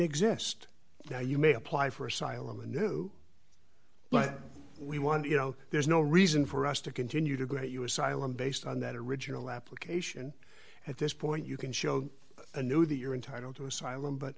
exist now you may apply for asylum and do like we want you know there's no reason for us to continue to grant you asylum based on that original application at this point you can show a new that you're entitled to asylum but